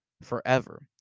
forever